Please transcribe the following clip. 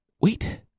Wait